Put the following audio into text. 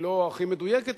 שהיא לא הכי מדויקת,